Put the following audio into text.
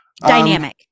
dynamic